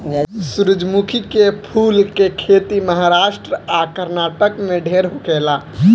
सूरजमुखी के फूल के खेती महाराष्ट्र आ कर्नाटक में ढेर होखेला